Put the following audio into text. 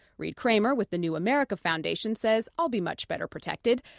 reid cramer, with the new america foundation, says i'll be much better protected.